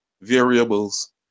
variables